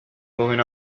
going